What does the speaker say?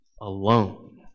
alone